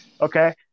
okay